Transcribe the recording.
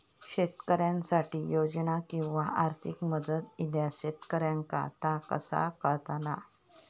शेतकऱ्यांसाठी योजना किंवा आर्थिक मदत इल्यास शेतकऱ्यांका ता कसा कळतला?